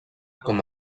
com